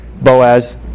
Boaz